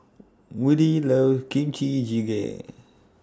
Woodie loves Kimchi Jjigae